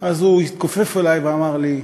הוא התכופף אלי ואמר לי: